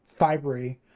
fibery